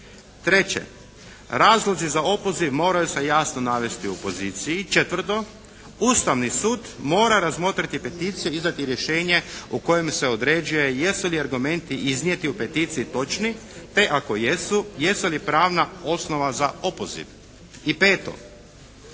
Treće, razlozi za opoziv moraju se jasno navesti u poziciji. Četvrto, Ustavni sud mora razmotriti peticije, izdati rješenje u kojem se određuje jesu li argumenti iznijeti u peticiji točno, te ako jesu jesu li pravna osnova za opoziv. I peto,